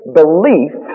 belief